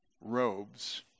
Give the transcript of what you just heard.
robes